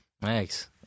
Thanks